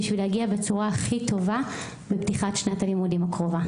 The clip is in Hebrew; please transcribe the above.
בשביל להגיע בצורה הכי טובה לפתיחת שנת הלימודים הקרובה.